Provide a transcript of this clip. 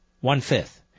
One-fifth